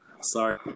Sorry